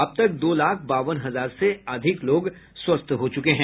अब तक दो लाख बावन हजार से अधिक लोग स्वस्थ हो चुके हैं